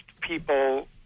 people